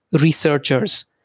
researchers